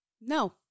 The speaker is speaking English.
No